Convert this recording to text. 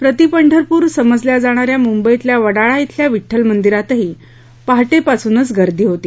प्रतिपंढरपूर समजल्या जाणा या मुंबईतल्या वडाळा धिल्या विठ्ठल मंदीरातही पहाटेपासूनच गर्दी होती